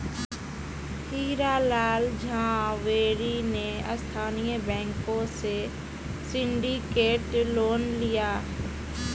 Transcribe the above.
हीरा लाल झावेरी ने स्थानीय बैंकों से सिंडिकेट लोन लिया